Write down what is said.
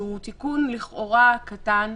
שהוא תיקון לכאורה קטן,